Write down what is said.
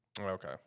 Okay